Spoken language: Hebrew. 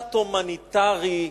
משט הומניטרי,